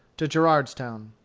to gerardstown.